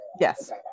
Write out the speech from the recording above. Yes